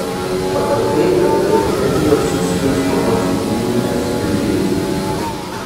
pagal eigą leukemijos skirstomos į ūmines ir lėtines